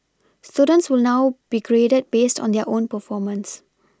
students will now be graded based on their own performance